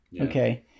Okay